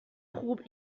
خوب